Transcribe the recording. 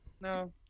No